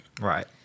Right